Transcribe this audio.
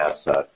asset